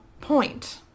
point